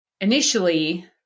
Initially